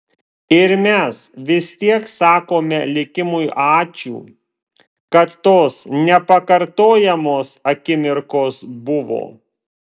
ir mes vis tiek sakome likimui ačiū kad tos nepakartojamos akimirkos buvo